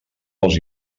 els